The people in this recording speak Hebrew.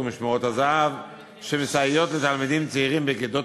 ואת משמרות הזה"ב שמסייעות לתלמידים צעירים בכיתות